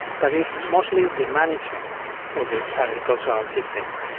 but it's mostly the management of the agricultural systems.